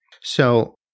So-